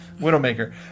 Widowmaker